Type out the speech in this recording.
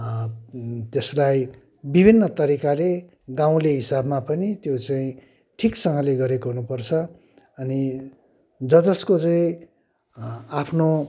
त्यसलाई विभिन्न तरिकाले गाउँले हिसाबमा पनि त्यो चाहिँ ठिकसँगले गरेको हुनु पर्छ अनि ज जसको चाहिँ आफ्नो